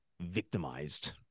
victimized